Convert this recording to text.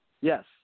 Yes